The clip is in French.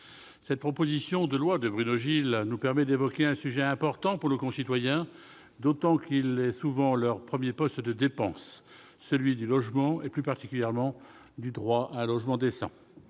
cette proposition de loi de Bruno Gilles nous permet d'évoquer un sujet important pour nos concitoyens, d'autant qu'il est souvent leur premier poste de dépenses, celui du logement et, plus particulièrement, du droit à un logement décent.